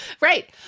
Right